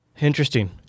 Interesting